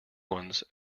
ones